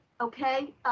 okay